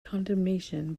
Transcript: condemnation